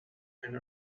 and